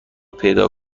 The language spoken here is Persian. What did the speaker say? پیدا